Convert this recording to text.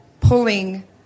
pulling